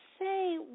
say